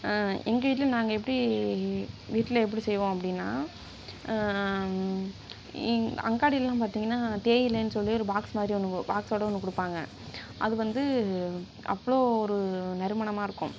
எங்கள் வீட்டில் நாங்கள் எப்படி வீட்டில் எப்படி செய்வோம் அப்படினா அங்காடிலலான் பார்த்தீங்கனா தேயிலைனு சொல்லி ஒரு பாக்ஸ் மாதிரி ஒன்று பாக்ஸோட ஒன்று கொடுப்பாங்க அது வந்து அவ்வளோ ஒரு நறுமணமாக இருக்கும்